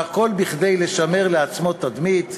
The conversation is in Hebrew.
והכול כדי לשמר לעצמו תדמית.